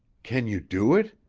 can you do it?